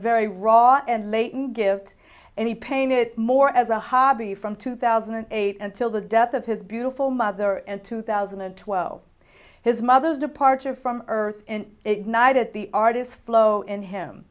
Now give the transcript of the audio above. very raw and latent give any pain it more as a hobby from two thousand and eight and till the death of his beautiful mother and two thousand and twelve his mother's departure from earth and ignited the artist's flow in him